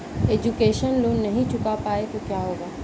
Education loan नहीं चुका पाए तो क्या होगा?